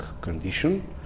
condition